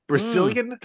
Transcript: Brazilian